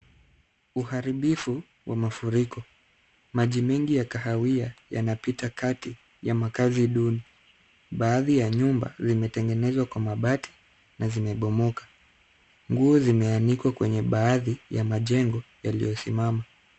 Uharibifu wa mafuriko. Maji mengi ya kahawia yanapita kati ya makazi duni. Baadhi ya nyumba zimetengenezwa kwa mabati na zimebomoka. Nguo zimeanikwa kwenye baadhi ya majengo yaliyosimama.